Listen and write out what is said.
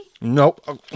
Nope